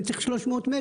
אני צריך 300 מטר,